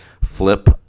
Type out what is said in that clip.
flip